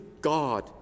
God